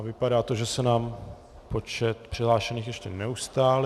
Vypadá to, že se nám počet přihlášených ještě neustálil.